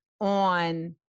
on